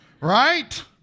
Right